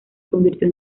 convirtió